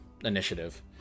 initiative